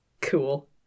cool